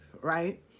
right